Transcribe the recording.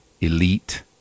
elite